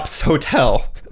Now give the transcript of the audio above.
hotel